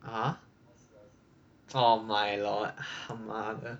ah oh my lord 他妈的